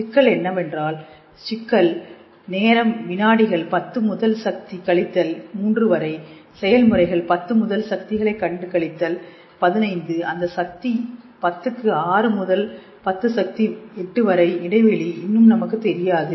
சிக்கல் என்னவென்றால் சிக்கல் நேரம் வினாடிகள் 10 முதல் சக்தி கழித்தல் 3 வரை செயல்முறைகள் 10 முதல் சக்திகளைக் கண்டு களித்தல் 15 அந்த சக்தி பத்துக்கு ஆறு முதல் பத்து சக்தி 8 வரை இடைவெளி இன்னும் நமக்கு தெரியாது